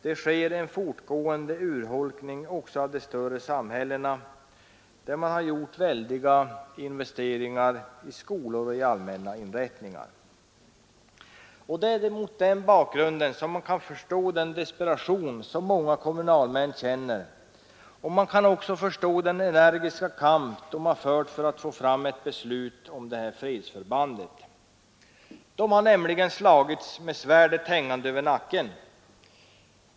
Det sker en fortgående urholkning också av de samhällena, där man har gjort väldiga investeringar i skolor och allmänna inrättningar. Mot den bakgrunden kan man förstå den desperation som många kommunalmän känner, och man kan också förstå den energiska kamp de har fört för att få fram ett beslut om det här fredsförbandet. De har slagits med svärdet hängande över nacken.